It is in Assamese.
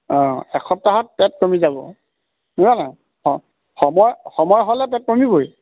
অঁ এসপ্তাহত পেট কমি যাব বুজা নাই অঁ সময় সময় হ'লে পেট কমিবই